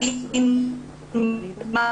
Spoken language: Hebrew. ולא